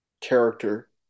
character